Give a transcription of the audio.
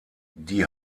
die